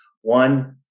One